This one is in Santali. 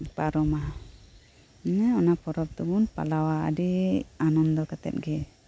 ᱯᱟᱨᱚᱢᱟ ᱱᱤᱭᱟᱹ ᱚᱱᱟ ᱯᱚᱨᱚᱵ ᱫᱚᱵᱩᱱ ᱯᱟᱞᱟᱣᱟ ᱟᱹᱰᱤ ᱟᱱᱚᱱᱫᱚ ᱠᱟᱛᱮᱜ ᱜᱤ